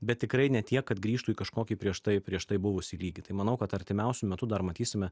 bet tikrai ne tiek kad grįžtų į kažkokį prieš tai prieš tai buvusį lygį tai manau kad artimiausiu metu dar matysime